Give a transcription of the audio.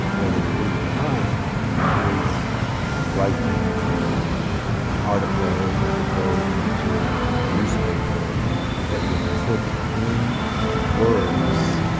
where they drew the line is with writing an article that would go into a newspaper that would put in words,